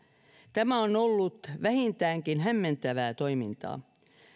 tämä on ollut vähintäänkin hämmentävää toimintaa